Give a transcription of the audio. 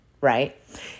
right